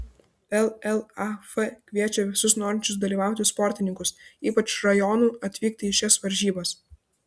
llaf kviečia visus norinčius dalyvauti sportininkus ypač rajonų atvykti į šias varžybas